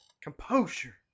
Composure